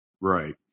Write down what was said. Right